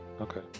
Okay